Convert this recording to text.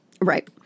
right